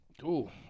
Cool